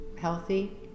healthy